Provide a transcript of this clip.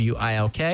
WILK